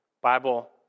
Bible